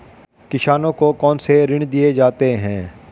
किसानों को कौन से ऋण दिए जाते हैं?